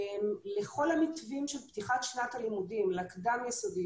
לכל המתווים של פתיחת שנת הלימודים לקדם-יסודי,